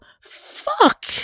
Fuck